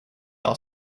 our